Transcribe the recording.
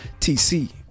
TC